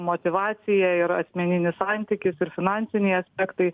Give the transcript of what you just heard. motyvacija ir asmeninis santykis ir finansiniai aspektai